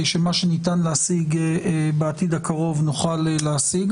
שמה שניתן להשיג בעתיד הקרוב נוכל להשיג.